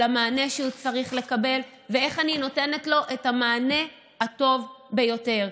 על המענה שהוא צריך לקבל ואיך אני נותנת לו את המענה הטוב ביותר.